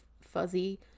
fuzzy